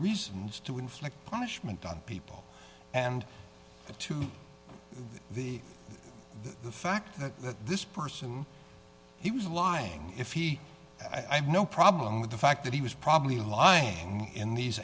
reasons to inflict punishment on people and the to the the fact that this person he was lying if he i have no problem with the fact that he was probably lying in these